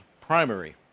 primary